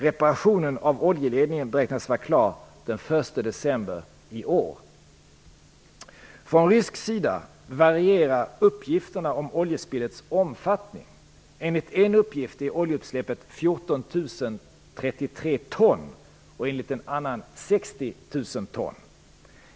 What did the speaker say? Reparationen av oljeledningen beräknas vara klar den 1 december 1994. Från rysk sida varierar uppgifterna om oljespillets omfattning. Enligt en uppgift är oljeutsläppet 14 033 ton, och enligt en annan 60 000 ton.